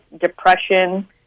depression